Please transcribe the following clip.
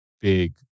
big